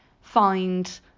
find